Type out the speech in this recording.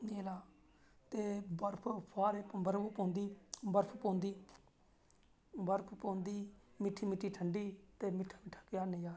ते बर्फ फुहारे बर्फ पौंदी बर्फ पौंदी बर्फ पौंदी मिट्ठी मिट्ठी ठंडी ते मिट्ठा मिट्ठा क्या नज़ारा